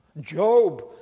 Job